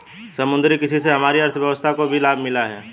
समुद्री कृषि से हमारी अर्थव्यवस्था को भी लाभ मिला है